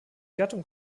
gattung